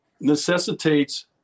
necessitates